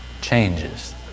changes